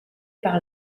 par